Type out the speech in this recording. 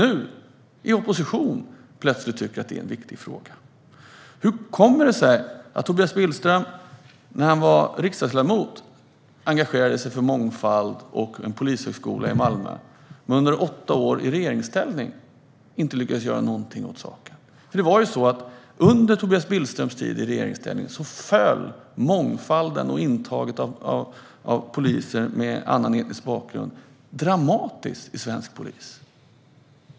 Nu, i opposition, tycker han plötsligt att det är en viktig fråga. Hur kommer det sig att Tobias Billström när han var riksdagsledamot engagerade sig för mångfald och en polishögskola i Malmö men under åtta år i regeringsställning inte lyckades göra någonting åt saken? Under Tobias Billströms tid i regeringsställning minskade mångfalden och intaget av poliser med annan etnisk bakgrund dramatiskt i svensk polis.